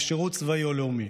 לשירות צבאי או לאומי.